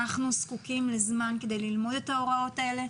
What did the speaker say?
אנחנ זקוקים לזמן כדי ללמוד את ההוראות האלה.